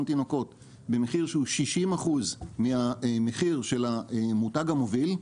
תינוקות במחיר שהוא 60% מהמחיר של המותג המוביל,